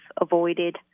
avoided